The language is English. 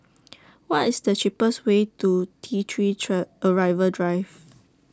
What IS The cheapest Way to T three Arrival Drive